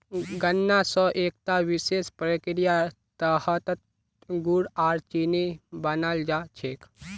गन्ना स एकता विशेष प्रक्रियार तहतत गुड़ आर चीनी बनाल जा छेक